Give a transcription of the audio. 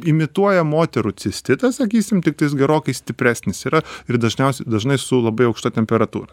imituoja moterų cistitą sakysim iktais gerokai stipresnis yra ir dažniausiai dažnai su labai aukšta temperatūra